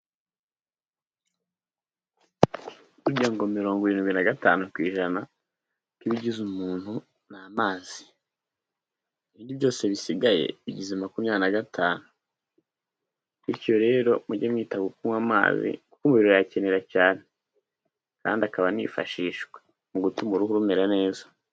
Burya ngo mirongo irindwi na gatanu ku ijana by'ibigize umuntu ni amazi. Ibindi byose bisigaye bigize makumyabiri na gatanu. Bityo rero mujye mwita ku kunywa amazi, kuko umubiri urayakenera cyane. Kandi akaba anifashishwa mu gutuma uruhu rumera neza.